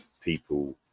people